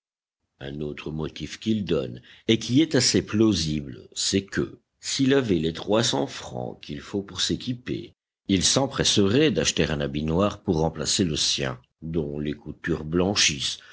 un autre motif qu'il donne et qui est assez plausible c'est que s'il avait les trois cents francs qu'il faut pour s'équiper il s'empresserait d'acheter un habit noir pour remplacer le sien dont les coutures blanchissent